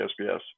SBS